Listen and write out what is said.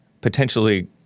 potentially